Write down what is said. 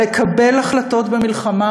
אבל לקבל החלטות במלחמה,